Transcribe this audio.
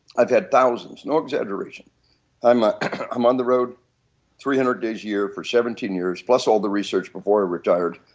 i have had thousands, no exaggeration i am ah um on the road three hundred days a year for seventeen years plus all the research before i retired.